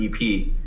EP